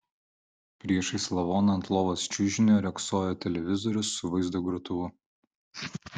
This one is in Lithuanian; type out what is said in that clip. priešais lavoną ant lovos čiužinio riogsojo televizorius su vaizdo grotuvu